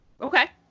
Okay